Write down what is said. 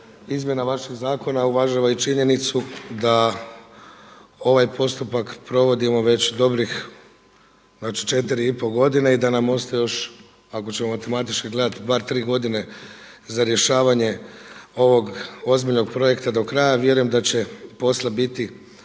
izmjena vašeg zakona uvažava i činjenicu da ovaj postupak provodimo već dobrih znači 4 i pol godine i da nam ostaje još ako ćemo matematički gledati bar 3 godine za rješavanje ovog ozbiljnog projekta do kraja. Vjerujem da će posla biti